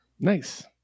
nice